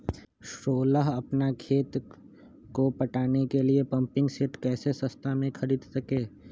सोलह अपना खेत को पटाने के लिए पम्पिंग सेट कैसे सस्ता मे खरीद सके?